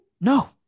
No